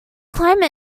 climate